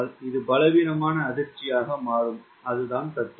இது பலவீனமான அதிர்ச்சியாக மாறும் அதுதான் தத்துவம்